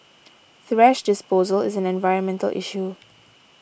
thrash disposal is an environmental issue